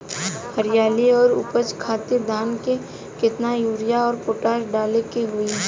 हरियाली और उपज खातिर धान में केतना यूरिया और पोटाश डाले के होई?